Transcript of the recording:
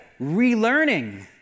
relearning